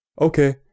Okay